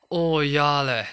oh ya leh